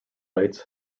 lights